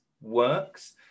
works